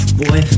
boy